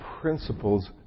principles